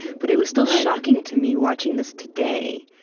but it was still shocking to me, watching this today,